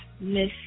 Miss